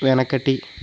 వెనకటి